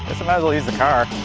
as well use the car!